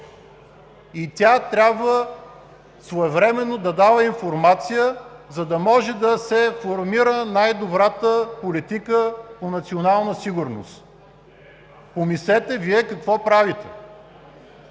Тя трябва своевременно да дава информация, за да може да се формира най-добрата политика по национална сигурност. Помислете Вие какво правите!